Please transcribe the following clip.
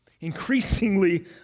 Increasingly